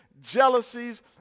jealousies